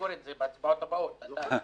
תזכור את זה בהצבעות הבאות, אתה.